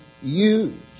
use